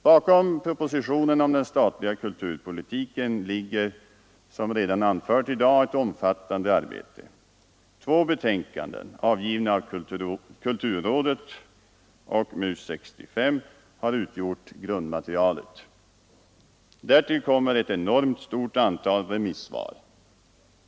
Bakom propositionen om den statliga kulturpolitiken ligger, som redan anförts i dag, ett omfattande arbete. Två betänkanden avgivna av kulturrådet och MUS-65 har utgjort grundmaterialet. Därtill kommer ett enormt stort antal remissvar.